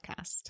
Podcast